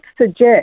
suggest